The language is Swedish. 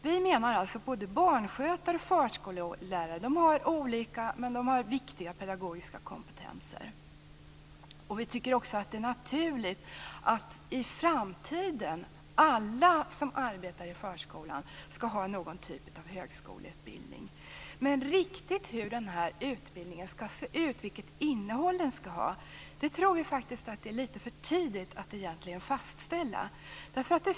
Vi menar alltså att barnskötare och förskollärare har olika men viktiga pedagogiska kompetenser. Vi tycker också att det är naturligt att alla som arbetar i förskolan i framtiden skall ha någon typ av högskoleutbildning. Men riktigt hur den här utbildningen skall se ut, vilket innehåll den skall ha, tror vi faktiskt att det är litet för tidigt att egentligen fastställa.